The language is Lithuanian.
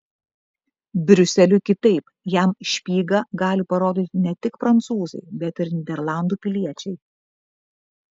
briuseliui kitaip jam špygą gali parodyti ne tik prancūzai bet ir nyderlandų piliečiai